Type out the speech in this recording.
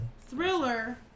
Thriller